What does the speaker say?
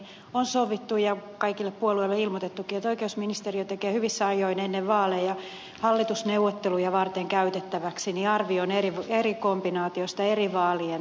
on sovittu ja kaikille puolueille ilmoitettukin että oikeusministeriö tekee hyvissä ajoin ennen vaaleja hallitusneuvotteluja varten käytettäväksi arvion eri kombinaatioista eri vaalien yhdistämismahdollisuuksista